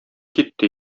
китте